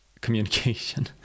communication